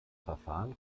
verfahren